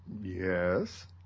Yes